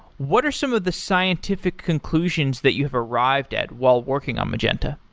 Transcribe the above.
what are some of the scientific conclusions that you've arrived at while working on magenta?